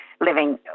living